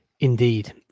Indeed